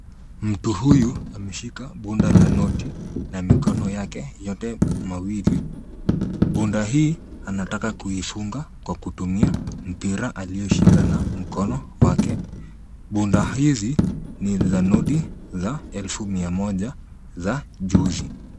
Mtu huyu ameshika bunda la noti na mikono yake yote mawili. Bunda hii anataka kuifunga kwa kutumia mpira alioshika na mkono wake. Bunda hizi ni za noti za elfu mia moja za juzi.